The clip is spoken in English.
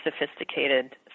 sophisticated